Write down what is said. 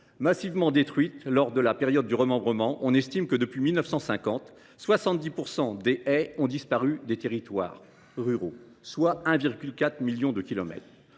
massivement détruites lors de la période du remembrement. On estime que, depuis 1950, 70 % des haies ont disparu des territoires ruraux, soit 1,4 million de kilomètres.